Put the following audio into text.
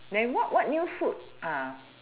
and what what new food ah